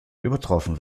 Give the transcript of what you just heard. übertroffen